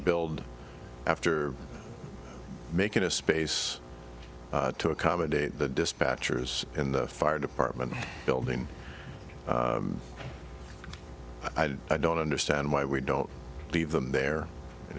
build after making a space to accommodate the dispatchers in the fire department building i don't i don't understand why we don't leave them there you